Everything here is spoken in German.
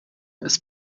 ist